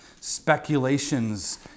speculations